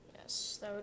Yes